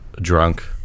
drunk